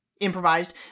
improvised